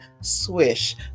Swish